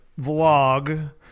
vlog